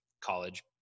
college